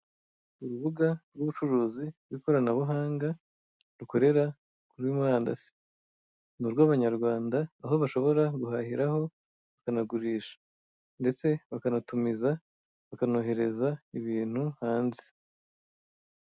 Urubuga rw'ubucuruzi rw'ikoranabuhanga rukorera kuri murandasi, ni urw'abanyarwanda aho bashobora guhahiraho bakanagurisha ndetse bakanatumiza, bakanohereza ibintu hanze.